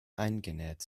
eingenäht